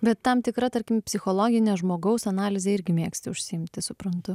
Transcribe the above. bet tam tikra tarkim psichologine žmogaus analize irgi mėgsti užsiimti suprantu